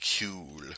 cool